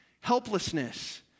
helplessness